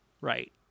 Right